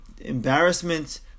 embarrassment